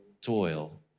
toil